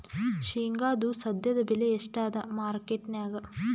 ಶೇಂಗಾದು ಸದ್ಯದಬೆಲೆ ಎಷ್ಟಾದಾ ಮಾರಕೆಟನ್ಯಾಗ?